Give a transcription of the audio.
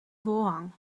vorhang